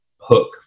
hook